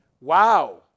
Wow